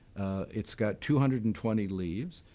it's got two hundred and twenty leaves,